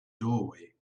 doorway